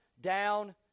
down